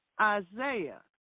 Isaiah